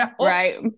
right